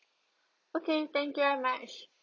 okay thank you very much